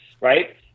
right